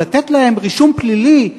אבל לתת להם רישום פלילי,